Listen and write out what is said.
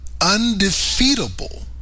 undefeatable